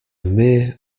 mere